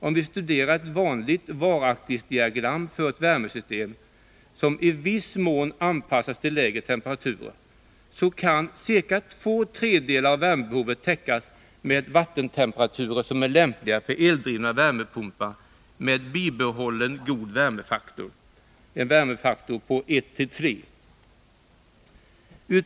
Om vi studerar ett vanligt varaktighetsdiagram för ett värmesystem som i viss mån har anpassats till lägre temperatur, finner vi att ca två tredjedelar av värmebehovet kan täckas med vattentemperaturer som är lämpliga för eldrivna värmepumpar med bibehållen god värmefaktor — en värmefaktor på 1:3.